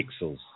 pixels